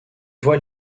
voit